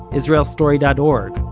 israelstory dot org,